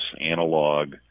analog